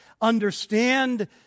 understand